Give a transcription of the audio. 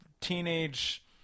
teenage